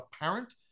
apparent